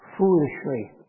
Foolishly